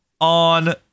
on